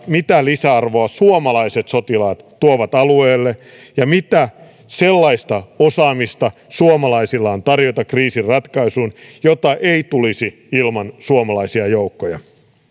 mitä lisäarvoa suomalaiset sotilaat tuovat alueelle ja mitä sellaista osaamista suomalaisilla on tarjota kriisin ratkaisuun jota ei tulisi ilman suomalaisia joukkoja